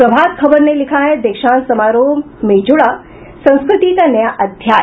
प्रभात खबर ने लिखा है दीक्षांत समारोह में जुड़ा संस्कृति का नया अध्याय